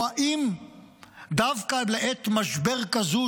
או דווקא לעת משבר כזה,